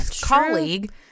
colleague